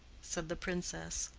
said the princess,